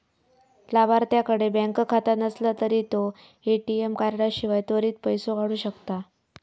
लाभार्थ्याकडे बँक खाता नसला तरी तो ए.टी.एम कार्डाशिवाय त्वरित पैसो काढू शकता